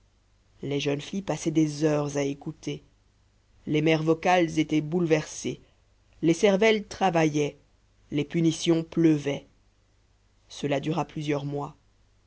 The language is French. les jeunes filles passaient des heures à écouter les mères vocales étaient bouleversées les cervelles travaillaient les punitions pleuvaient cela dura plusieurs mois